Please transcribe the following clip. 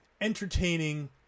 entertaining